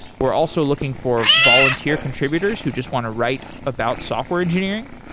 we're also looking for volunteer contributors who just want to write about software engineering.